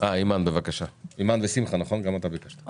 ושמחה ביקשו להתייחס.